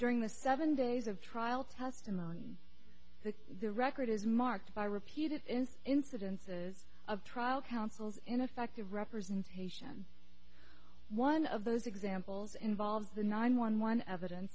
during the seven days of trial testimony that the record is marked by repeated in incidences of trial counsel's ineffective representation one of those examples involves the nine one one evidence